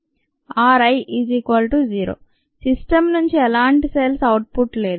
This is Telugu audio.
రి 0 సిస్టమ్ నుంచి ఎలాంటి సెల్స్ అవుట్ పుట్ లేదు